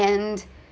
and